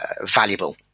valuable